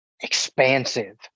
expansive